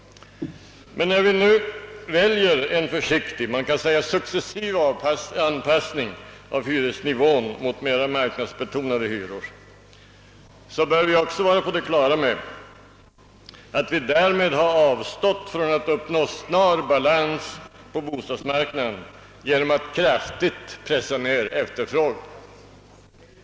Men när vi nu väljer en försiktig — man kan säga successiv — anpassning av hyresnivån mot mera marknadsbetonade hyror, bör vi också vara på det klara med att vi därmed har avstått från att uppnå snar balans på bostadsmarknaden genom att kraftigt pressa ned efterfrågan.